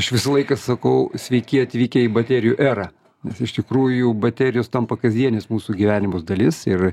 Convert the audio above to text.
aš visą laiką sakau sveiki atvykę į baterijų erą nes iš tikrųjų baterijos tampa kasdienis mūsų gyvenimos dalis ir